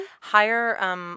Higher